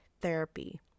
therapy